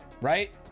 right